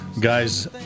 guys